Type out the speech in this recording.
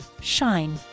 Shine